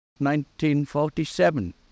1947